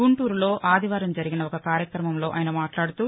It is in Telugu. గుంటూరులో ఆదివారం జరిగిన ఓ కార్యక్రమంలో ఆయన మాట్లాడుతూ